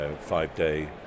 five-day